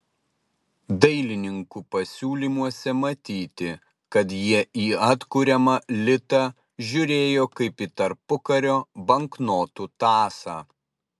dailininkų pasiūlymuose matyti kad jie į atkuriamą litą žiūrėjo kaip į tarpukario banknotų tąsą